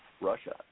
Russia